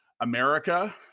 America